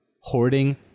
hoarding